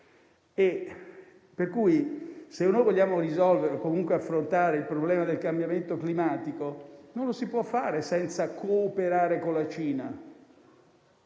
per cui, se vogliamo risolvere o comunque affrontare il problema del cambiamento climatico, non lo si può fare senza cooperare con la Cina.